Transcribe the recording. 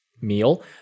meal